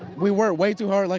we worked way too hard. like